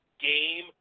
Game